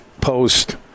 post